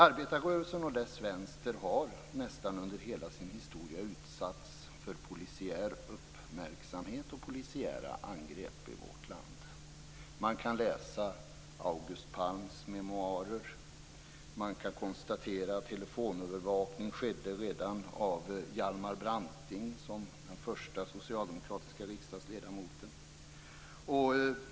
Arbetarrörelsen och dess vänster har nästan under hela sin historia utsatts för polisiär uppmärksamhet och polisiära angrepp i vårt land. Man kan läsa August Palms memoarer. Man kan konstatera att telefonövervakning skedde redan av Hjalmar Branting, som var den första socialdemokratiska riksdagsledamoten.